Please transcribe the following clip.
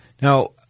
now